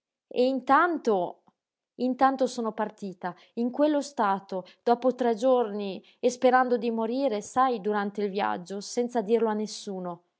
e intanto intanto sono partita in quello stato dopo tre giorni e sperando di morire sai durante il viaggio senza dirlo a nessuno